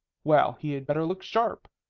well, he had better look sharp.